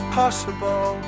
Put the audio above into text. possible